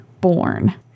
born